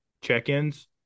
check-ins